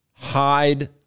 hide